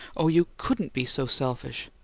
or you couldn't be so selfish!